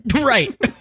Right